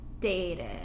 dated